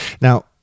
Now